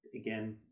again